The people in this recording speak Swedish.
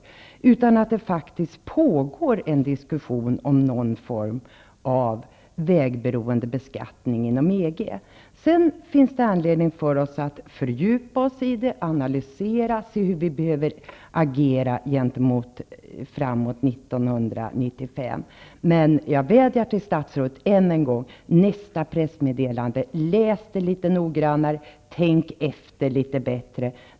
Det pågår faktiskt inom EG en diskussion om någon form av vägberoende beskattning. Sedan finns det anledning för oss till en fördjupning och en analys för att se efter hur vi bör agera fram emot 1995. Men jag vädjar än en gång till statsrådet angående nästa pressmeddelande: Läs det litet noggrannare! Tänk efter litet mera!